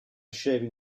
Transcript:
shaving